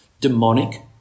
demonic